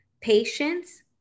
patience